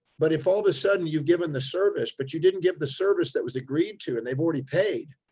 but if all of a sudden you've given the service, but you didn't give the service that was agreed to, and they've already paid.